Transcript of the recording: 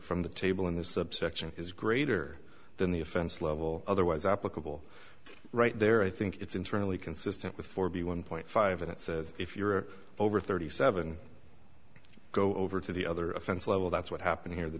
from the table in this subsection is greater than the offense level otherwise applicable right there i think it's internally consistent with four b one point five it says if you're over thirty seven go over to the other offense level that's what happened here the